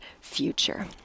future